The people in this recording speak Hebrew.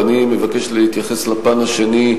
ואני מבקש להתייחס לפן השני,